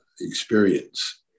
experience